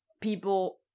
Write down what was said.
people